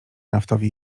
naftowi